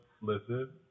listen